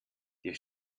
dir